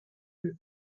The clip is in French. deux